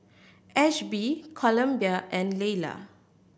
Ashby Columbia and Laylah